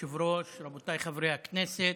הכנסת,